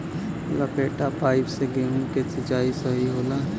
लपेटा पाइप से गेहूँ के सिचाई सही होला?